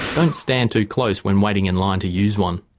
don't stand too close when waiting in line to use one.